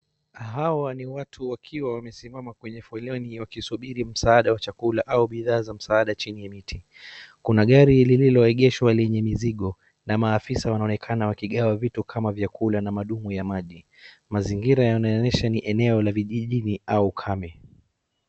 Hawa ni watu wakiwa wamesimama kwenye foleni wakisubiri msaada wa chakula au bidhaa za msaada chini ya miti. Kuna gari lililoegeshwa lenye mizigo na maafisa wanaonekana wakigawa vitu kama chakula na madumu ya maji. Mazingira yanaonyesha ni eneo la vijijini au ukame